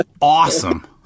awesome